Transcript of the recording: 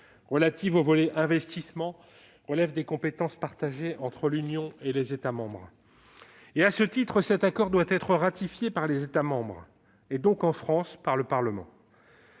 relative au volet « investissements », relève des compétences partagées entre l'Union et les États membres. À ce titre, cet accord doit être ratifié par les États membres et, donc, en France par le Parlement.